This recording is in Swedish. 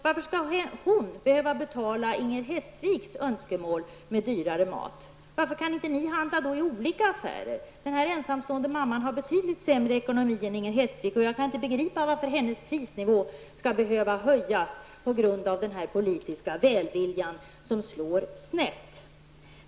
Varför skall hon behöva betala Inger Varför kan inte ni handla i olika affärer? Denna ensamstående mamma har betydligt sämre ekonomi än Inger Hestvik. Jag kan inte förstå varför hennes prisnivå skall behöva höjas till följd av denna politiska välvilja som slår så snett.